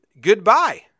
Goodbye